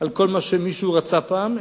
על כל מה שמישהו רצה פעם,